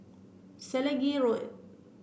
Selegie Road